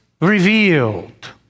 revealed